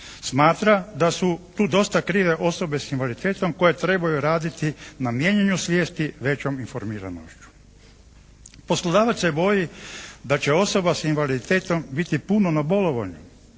Smatra da su tu dosta krive osobe s invaliditetom koje trebaju raditi na mijenjanju svijesti većom informiranošću. Poslodavac se boji da će osoba s invaliditetom biti puno na bolovanju.